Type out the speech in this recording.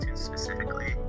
specifically